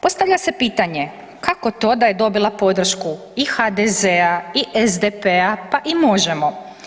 Postavlja se pitanje kako to da je dobila podršku i HDZ-a i SDP-a pa i Možemo.